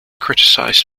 criticized